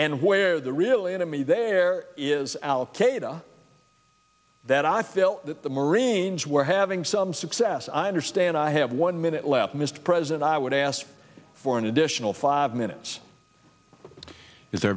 and where the real enemy there is al qaeda that i feel that the marines we're having some success i understand i have one minute left mr president i would ask for an additional five minutes is the